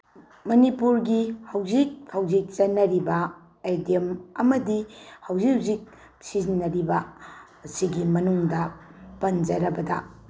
ꯃꯅꯤꯄꯨꯔꯒꯤ ꯍꯧꯖꯤꯛ ꯍꯧꯖꯤꯛ ꯆꯠꯅꯔꯤꯕ ꯑꯩꯗꯤꯌꯝ ꯑꯃꯗꯤ ꯍꯧꯖꯤꯛ ꯍꯧꯖꯤꯛ ꯁꯤꯖꯤꯟꯅꯔꯤꯕ ꯁꯤꯒꯤ ꯃꯅꯨꯡꯗ ꯄꯟꯖꯔꯕꯗ